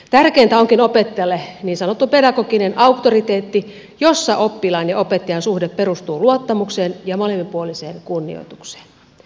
tärkeintä onkin opettajalle niin sanottu pedagoginen auktoriteetti jossa oppilaan ja opettajan suhde perustuu luottamukseen ja molemminpuoliseen kunnioitukseen